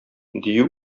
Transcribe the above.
дию